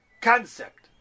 concept